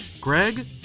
greg